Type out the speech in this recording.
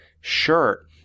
shirt